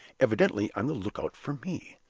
evidently on the lookout for me.